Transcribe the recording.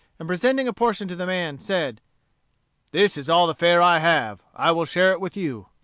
and presenting a portion to the man, said this is all the fare i have. i will share it with you.